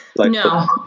No